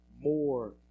more